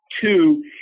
Two